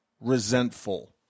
resentful